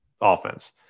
offense